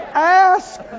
Ask